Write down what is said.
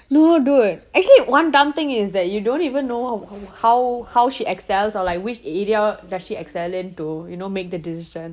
no dude actually one dumb thing is that you don't even know how how she excels or like which area does she excel in to you know to make the decision